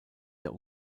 der